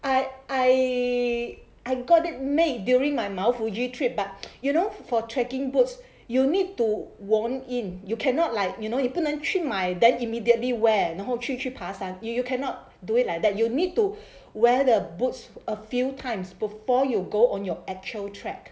I I I got it made during my mount fuji trip but you know for trekking boots you need to worn in you cannot like you know 你不能去买 then immediately wear 然后去去爬山 and you you cannot do it like that you need to wear the boots a few times before you go on your actual trek